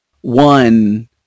One